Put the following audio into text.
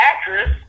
actress